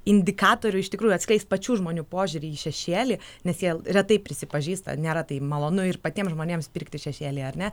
indikatorių iš tikrųjų atskleis pačių žmonių požiūrį į šešėlį nes jie retai prisipažįsta nėra tai malonu ir patiems žmonėms pirkti šešėlį ar ne